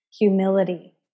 humility